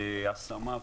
תודה רבה.